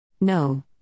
No